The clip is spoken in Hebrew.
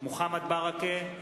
מוחמד ברכה,